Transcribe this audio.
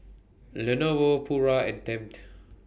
Lenovo Pura and Tempt